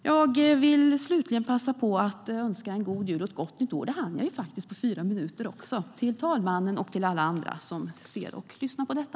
Jag vill slutligen passa på att önska en god jul och ett gott nytt år till herr talmannen och alla andra som ser och lyssnar på detta. Det hann jag också med på fyra minuter.